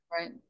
right